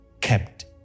kept